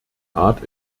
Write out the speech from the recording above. art